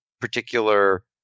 particular